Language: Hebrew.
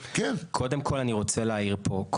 קודם כל אני רוצה להעיר פה,